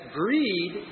greed